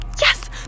Yes